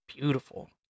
beautiful